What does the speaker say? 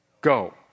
go